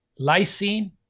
lysine